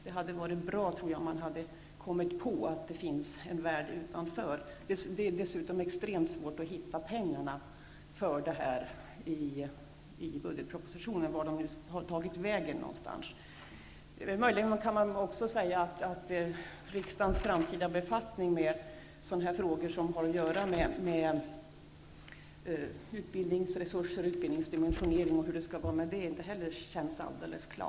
Det hade varit bra, tror jag, om man hade kommit på att det finns en värld utanför Europa. Det är dessutom extremt svårt att hitta pengarna till det här i budgetpropositionen, vart de nu har tagit vägen. Möjligen kan man också säga att riksdagens framtida befattning med frågor som har att göra med utbildningsresurser och utbildningsdimensionering inte heller känns alldeles klar.